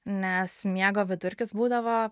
nes miego vidurkis būdavo